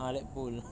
ah lap pool